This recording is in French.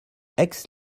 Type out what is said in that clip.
aix